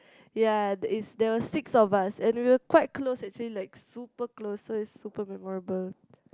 ya it is there were six of us and we were quite close actually like super close so it's super memorable